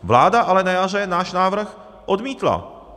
Vláda ale na jaře náš návrh odmítla.